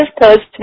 Thursday